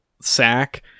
sack